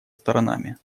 сторонами